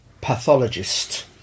pathologist